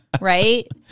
Right